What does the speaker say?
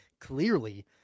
Clearly